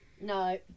No